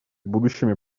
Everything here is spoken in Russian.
будущими